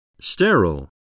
Sterile